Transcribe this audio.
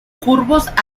curvos